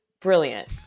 brilliant